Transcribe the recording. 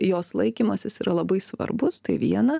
jos laikymasis yra labai svarbus tai viena